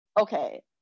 Okay